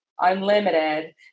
unlimited